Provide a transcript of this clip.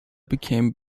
became